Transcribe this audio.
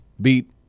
beat